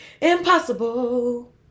Impossible